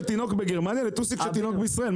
תינוק בגרמניה לטוסיק של תינוק בישראל,